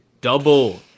Double